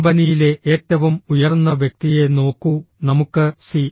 കമ്പനിയിലെ ഏറ്റവും ഉയർന്ന വ്യക്തിയെ നോക്കൂ നമുക്ക് സി